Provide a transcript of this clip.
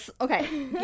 okay